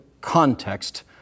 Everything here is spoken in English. context